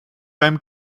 beim